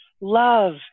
Love